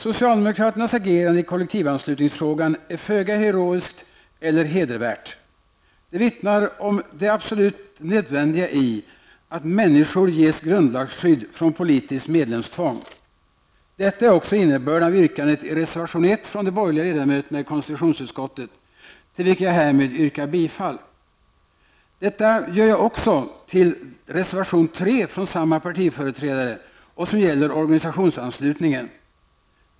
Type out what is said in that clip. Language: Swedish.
Socialdemokraternas agerande i kollektivanslutningsfrågan är föga heroiskt eller hedervärt. Det vittnar om det absolut nödvändiga i att människor ges grundlagsskydd från politiskt medlemsstvång. Detta är också innebörden av yrkandet i reservation 1 från de borgerliga ledamöterna i konstitutionsutskottet, till vilken jag härmed yrkar bifall. Jag yrkar bifall även till reservation 3 från samma partiföreträdare. Denna reservation gäller organisationsanslutningen.